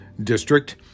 district